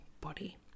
body